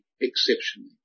exceptionally